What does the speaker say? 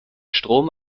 strom